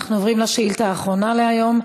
אנחנו עוברים לשאילה האחרונה להיום,